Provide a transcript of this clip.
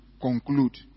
conclude